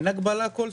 אין הגבלה כלשהי?